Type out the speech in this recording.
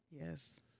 Yes